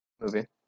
movie